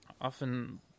Often